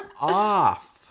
off